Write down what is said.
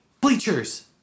bleachers